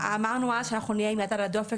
אמרנו אז שאנחנו נהיה עם יד על הדופק